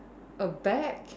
a bag